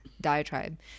diatribe